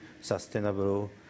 sustainable